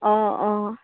অঁ অঁ